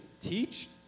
teach